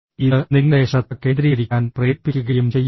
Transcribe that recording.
ഇത് നിങ്ങളെ ശ്രദ്ധ കേന്ദ്രീകരിക്കാൻ പ്രേരിപ്പിക്കുകയും ചെയ്യും